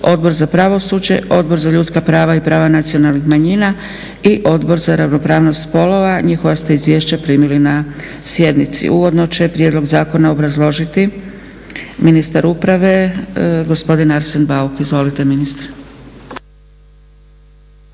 Odbor za pravosuđe, Odbor za ljudska prava i prava nacionalnih manjina i Odbor za ravnopravnost spolova. Njihova ste izvješća primili na sjednici. Uvodno će prijedlog zakona obrazložiti ministar uprave gospodin Arsen Bauk. Izvolite.